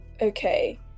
Okay